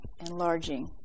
enlarging